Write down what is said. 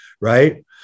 right